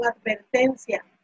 advertencia